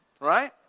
Right